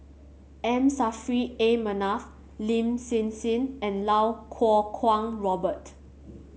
M Saffri A Manaf Lin Hsin Hsin and Lau Kuo Kwong Robert